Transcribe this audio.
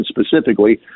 specifically